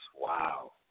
Wow